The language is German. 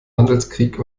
handelskrieg